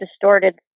distorted